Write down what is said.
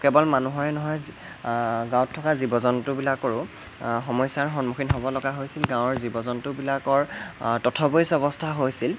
কেৱল মানুহৰে নহয় গাঁৱত থকা জীৱ জন্তু বিলাকৰো সমস্যাৰ সন্মুখীন হ'ব লগা হৈছিল গাঁৱৰ জীৱ জন্তু বিলাকৰ তথৈবচ অৱস্থা হৈছিল